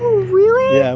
really? yeah